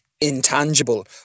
intangible